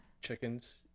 chickens